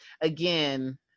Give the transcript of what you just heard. again